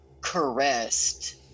caressed